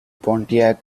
pontiac